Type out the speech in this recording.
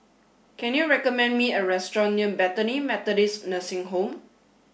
can you recommend me a restaurant near Bethany Methodist Nursing Home